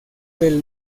del